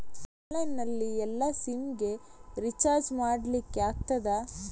Online ನಲ್ಲಿ ಎಲ್ಲಾ sim ಗೆ ರಿಚಾರ್ಜ್ ಮಾಡಲಿಕ್ಕೆ ಆಗ್ತದಾ?